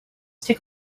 take